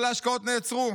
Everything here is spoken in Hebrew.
כל ההשקעות נעצרו.